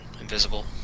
invisible